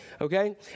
Okay